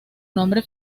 nombre